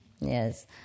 yes